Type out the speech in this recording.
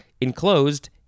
enclosed